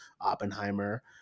Oppenheimer